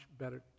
better